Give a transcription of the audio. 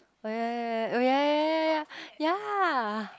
oh ya ya ya ya oh ya ya ya ya ya ya